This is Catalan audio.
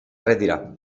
retirar